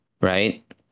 right